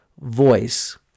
voice